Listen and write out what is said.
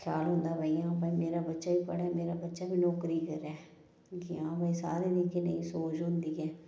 ख्याल होंदा हां भई मेरे बच्चा बी पढ़ै मेरा बच्चा बी नौकरी करै कि हां भई सारें दी इ'यै नेही सोच होंदी ऐ